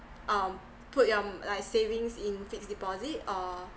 um put your like savings in fixed deposit or